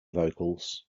vocals